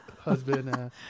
husband